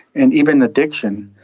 and even addiction,